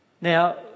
Now